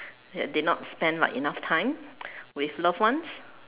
I did not spend like enough time with loved ones